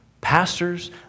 pastors